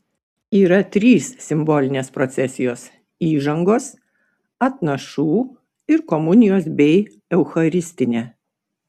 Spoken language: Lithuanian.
yra trys simbolinės procesijos įžangos atnašų ir komunijos bei eucharistinė